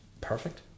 perfect